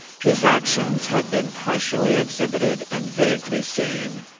his actions had been partially exhibited and vaguely seen.